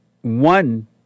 one